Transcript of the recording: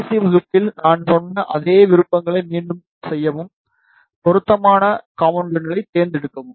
கடைசி வகுப்பில் நான் சொன்ன அதே விருப்பங்களை மீண்டும் செய்யவும் பொருத்தமான காம்போனென்ட்களை தேர்ந்தெடுக்கவும்